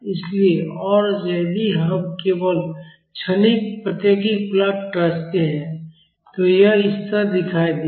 इसलिए और यदि हम केवल क्षणिक प्रतिक्रिया की प्लॉट रचते हैं तो यह इस तरह दिखाई देगी